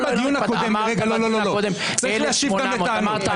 אמרת בדיון הקודם 1,800. צריך להשיב גם לטענות.